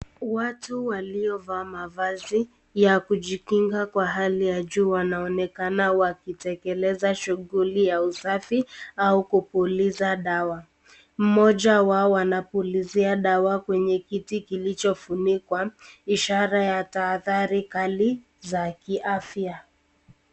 Watu waliovaa mavazi ya kujikinga kwa hali ya jua wanaonekana wakitekeleza shughuli ya usafi au kupuliza dawa, mmoja wao anapulizia dawa kwenye kiti kilichofunikwa, ishara ya taadhari kali za kiafya.